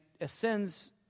ascends